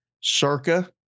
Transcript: Circa